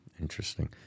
Interesting